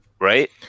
Right